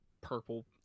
purple